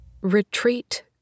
Retreat